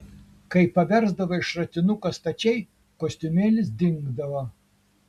kai paversdavai šratinuką stačiai kostiumėlis dingdavo